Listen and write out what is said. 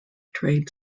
trade